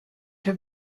have